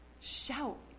Shout